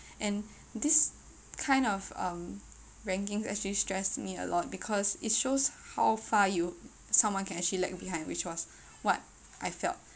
and this kind of um rankings actually stress me a lot because it shows how far you someone can actually lag behind which was what I felt